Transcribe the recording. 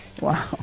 Wow